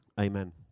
Amen